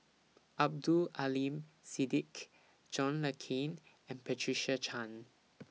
Abdul Aleem Siddique John Le Cain and Patricia Chan